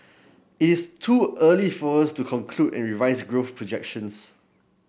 it is too early for us to conclude and revise growth projections